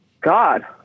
God